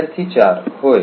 विद्यार्थी 4 होय